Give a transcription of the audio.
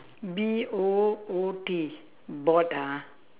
B O O T bot ah